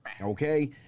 okay